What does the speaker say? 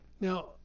now